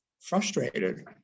frustrated